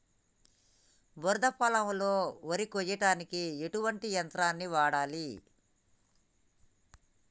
బురద పొలంలో వరి కొయ్యడానికి ఎటువంటి యంత్రాన్ని వాడాలి?